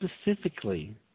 specifically